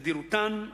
תדירותן,